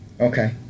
Okay